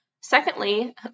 Secondly